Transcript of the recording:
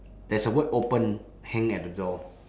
there's a word open hang at the door